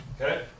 Okay